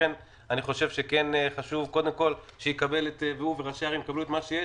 לכן אני חושב שחשוב שראשי הערים יקבלו את מה שיש.